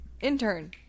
Intern